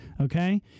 okay